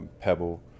Pebble